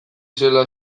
zela